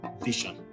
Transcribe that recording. vision